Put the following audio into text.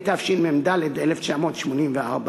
התשמ"ד 1984,